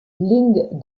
ling